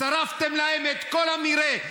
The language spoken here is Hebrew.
שרפתם להם את כל המרעה,